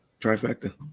trifecta